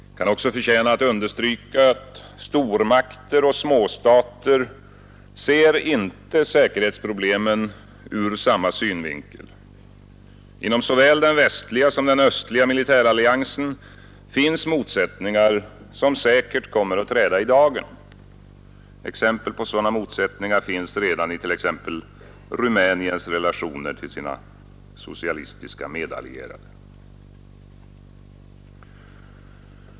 Det kan också förtjäna understrykas att stormakter och småstater inte ser säkerhetsproblemen ur samma synvinkel. Inom såväl den västliga som den östliga militäralliansen finns motsättningar, som säkert kommer att träda i dagen. Exempel på sådana motsättningar finns redan i t.ex. Rumäniens relationer till sina socialistiska medallierade.